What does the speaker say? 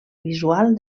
visual